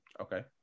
Okay